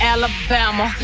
Alabama